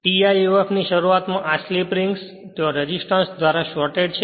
tiof ની શરૂઆત માં સ્લિપ રિંગ્સ ત્યાં રેસિસ્ટન્સ ધ્વારા શોરટેડ છે